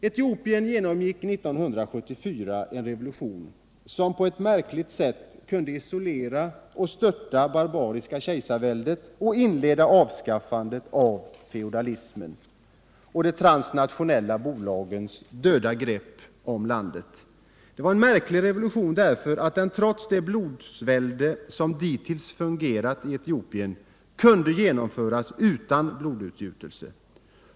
Etiopien genomgick 1974 en revolution, som på ett märkligt sätt kunde isolera och störta det barbariska kejsarväldet och inleda avskaffandet av feodalismen och de transnationella bolagens döda grepp om landet. Det var en märklig revolution, därför att den trots det blodsvälde som dittills fungerat i Etiopien kunde genomföras utan blodsutgjutelse.